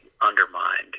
undermined